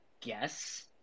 guess